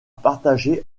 partager